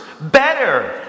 better